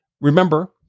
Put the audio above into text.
remember